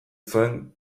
zuen